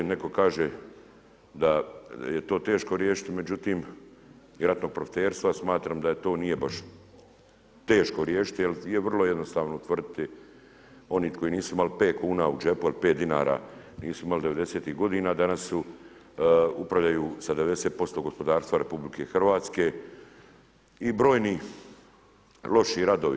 Netko kaže da je to teško riješiti, međutim ratnog profiterstva, smatram da je to nije baš teško riješiti jer je vrlo jednostavno utvrditi oni koji nisu imali 5 kuna u džepu ili 5 dinara nisu imali 90-ih godina, danas su, upravljaju sa 90% gospodarstva RH i brojni loši radovi.